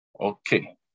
okay